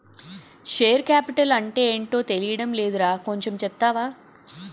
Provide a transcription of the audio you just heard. Share capital అంటేటో తెలీడం లేదురా కొంచెం చెప్తావా?